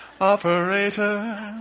operator